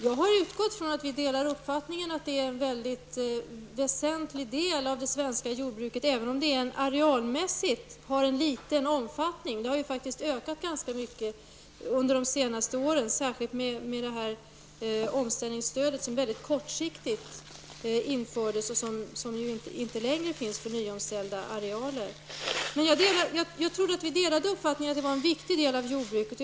Jag har utgått från att vi delar uppfattningen att detta är en mycket väsentlig del av det svenska jordbruket, även om det arealmässigt har en liten omfattning. Det ekologiska lantbruket har ju faktiskt ökat ganska mycket under de senaste åren särskilt i och med omställningsstödet, som mycket kortsiktigt infördes och som inte längre finns kvar för ominställda arealer. Jag trodde att vi delade uppfattningen att det var en viktig del av jordbruket.